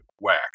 whack